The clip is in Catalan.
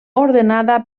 ordenada